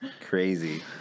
crazy